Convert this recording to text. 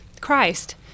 Christ